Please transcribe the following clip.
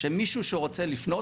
שמישהו שרוצה לפנות,